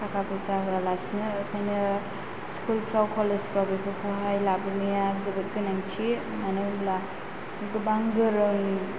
थाखा फैसा होयालासैनो ओंखायनो स्कुलफ्राव कलेजफ्राव बेफोरखौहाय लाबोनाया जोबोद गोनांथि मानो होनब्ला गोबां गोरों